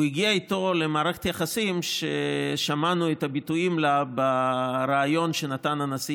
הוא הגיע איתו למערכת יחסים ששמענו את הביטויים לה בריאיון שנתן הנשיא